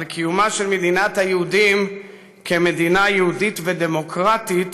על קיומה של מדינת היהודים כמדינה יהודית ודמוקרטית,